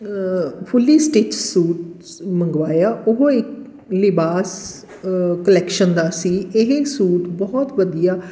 fully stitch suit ਸ ਮੰਗਵਾਇਆ ਉਹ ਇੱਕ ਲਿਬਾਸ ਕਲੈਕਸ਼ਨ ਦਾ ਸੀ ਇਹ ਸੂਟ ਬਹੁਤ ਵਧੀਆ